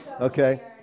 okay